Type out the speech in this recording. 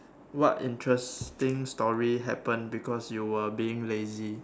what interesting story happen because you were being lazy